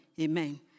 Amen